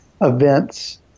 events